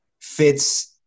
fits –